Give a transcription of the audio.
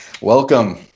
Welcome